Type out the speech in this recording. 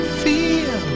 feel